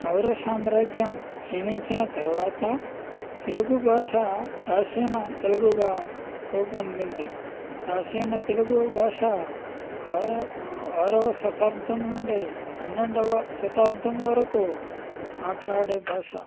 ఔర సామ్రాజ్యం క్షీణించిన తర్వాత తెలుగు భాష ప్రాచీన తెలుగుగా రూపొందింది ప్రాచీన తెలుగు భాష ఆరవ ఆరవ శతాబ్దం నుంచి పన్నెండువ శతాబ్దం వరకు మాట్లాడే భాష